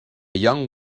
young